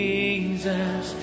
Jesus